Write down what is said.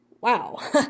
Wow